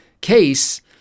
case